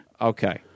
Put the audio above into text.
Okay